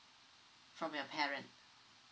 from your parent